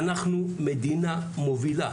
אנחנו מדינה מובילה